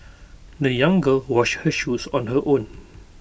the young girl washed her shoes on her own